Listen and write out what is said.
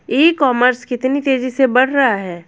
ई commerce कितनी तेजी से बढ़ रहा है?